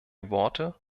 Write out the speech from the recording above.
worte